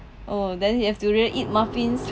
oh then you have really eat muffins